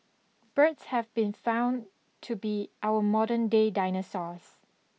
birds have been found to be our modern-day dinosaurs